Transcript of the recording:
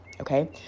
okay